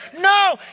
No